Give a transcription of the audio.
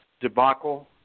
debacle